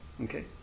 okay